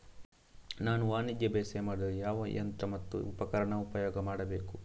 ನಾನು ವಾಣಿಜ್ಯ ಬೇಸಾಯ ಮಾಡಲು ಯಾವ ಯಂತ್ರ ಮತ್ತು ಉಪಕರಣ ಉಪಯೋಗ ಮಾಡಬೇಕು?